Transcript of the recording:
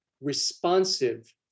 responsive